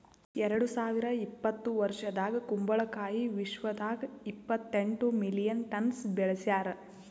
ಎರಡು ಸಾವಿರ ಇಪ್ಪತ್ತು ವರ್ಷದಾಗ್ ಕುಂಬಳ ಕಾಯಿ ವಿಶ್ವದಾಗ್ ಇಪ್ಪತ್ತೆಂಟು ಮಿಲಿಯನ್ ಟನ್ಸ್ ಬೆಳಸ್ಯಾರ್